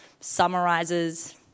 summarizes